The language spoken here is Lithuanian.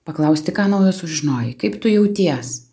paklausti ką naujo sužinojai kaip tu jauties